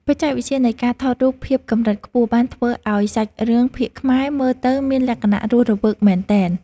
បច្ចេកវិទ្យានៃការថតរូបភាពកម្រិតខ្ពស់បានធ្វើឱ្យសាច់រឿងភាគខ្មែរមើលទៅមានលក្ខណៈរស់រវើកមែនទែន។